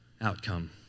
Outcome